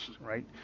right